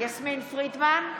יסמין פרידמן,